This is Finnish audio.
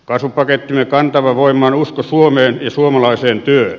kasvupakettimme kantava voima on usko suomeen ja suomalaiseen työhön